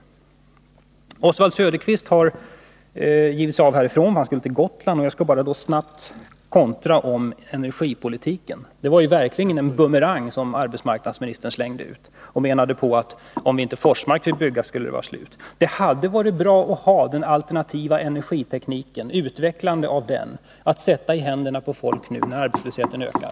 Oswald Söderqvist har givit sig av härifrån för att resa till Gotland, och jag skall helt kort kontra i fråga om energipolitiken. Det var verkligen en bumerang som arbetsmarknadsministern slängde ut när han sade att om inte planerna fick fullföljas i Forsmark, så skulle arbetstillfällena vara slut. Det hade varit bra att ha utvecklandet av den alternativa energitekniken att sätta i händerna på folk nu, när arbetslösheten ökar.